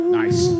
nice